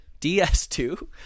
DS2